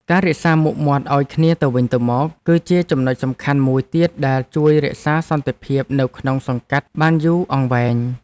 ការរក្សាមុខមាត់ឱ្យគ្នាទៅវិញទៅមក គឺជាចំណុចសំខាន់មួយទៀតដែលជួយរក្សាសន្តិភាពនៅក្នុងសង្កាត់បានយូរអង្វែង។